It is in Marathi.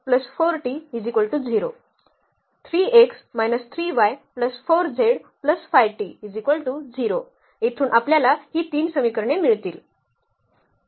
येथून आपल्याला ही 3 समीकरणे मिळतील